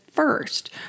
First